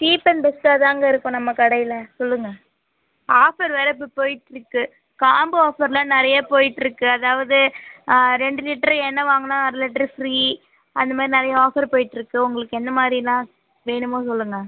cheap and பெஸ்ட்டாக தாங்க இருக்கும் நம்ம கடையில் சொல்லுங்கள் ஆஃபர் வேறு இப்போ போயிட்டுருக்கு காம்போ ஆஃபர்லாம் நிறையா போயிட்டுருக்கு அதாவது ரெண்டு லிட்டர் எண்ணெய் வாங்குனா அரை லிட்டர் ஃப்ரீ அந்த மாதிரி நிறைய ஆஃபர் போயிட்டுருக்கு உங்களுக்கு எந்த மாதிரிலாம் வேணுமோ சொல்லுங்கள்